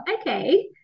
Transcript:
okay